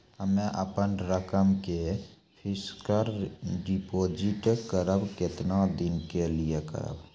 हम्मे अपन रकम के फिक्स्ड डिपोजिट करबऽ केतना दिन के लिए करबऽ?